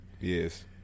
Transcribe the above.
Yes